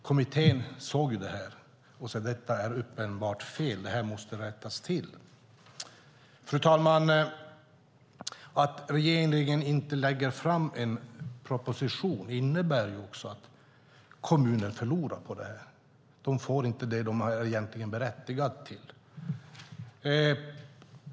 Kommittén såg det här och sade att det var uppenbart fel och måste rättas till. Fru talman! Att regeringen inte lägger fram en proposition innebär att kommuner förlorar, att de inte får det som de är berättigade till.